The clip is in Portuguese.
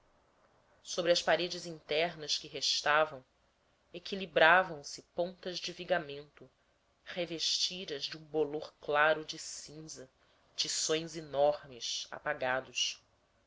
sobre as paredes internas que restavam equilibravam se pontas de vigamento revestidas de um bolor claro de cinza tições enormes apagados